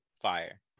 fire